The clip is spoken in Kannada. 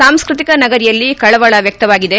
ಸಾಂಸ್ನತಿಕ ನಗರಿಯಲ್ಲಿ ಕಳವಳ ವ್ಯಕ್ತವಾಗಿದೆ